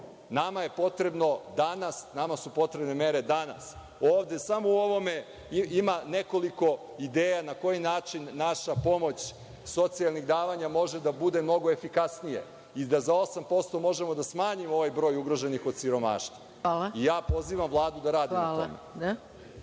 Nama je potrebno danas, nama su potrebne mere danas. Samo u ovome ima nekoliko ideja na koji način naša pomoć socijalnih davanja može da bude mnogo efikasnija i da za 8% možemo da smanjimo ovaj broj ugroženih od siromaštva. Pozivam Vladu da radi na tome.